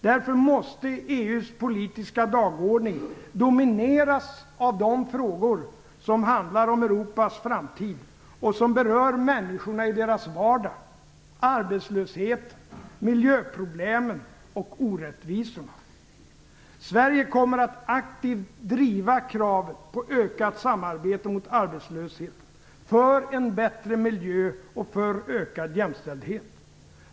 Därför måste EU:s politiska dagordning domineras av de frågor som handlar om Europas framtid och som berör människorna i deras vardag: arbetslösheten, miljöproblemen och orättvisorna. Sverige kommer aktivt att driva kraven på ökat samarbete mot arbetslösheten, för en bättre miljö och för ökad jämställdhet.